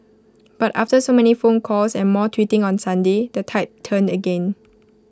but after so many phone calls and more tweeting on Sunday the tide turned again